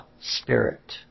spirit